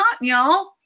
y'all